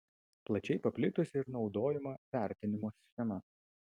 plačiai paplitusi ir naudojama vertinimo schema